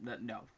no